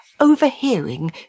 overhearing